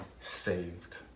saved